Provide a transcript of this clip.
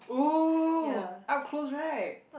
oh up close right